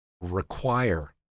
require